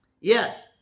Yes